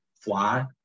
fly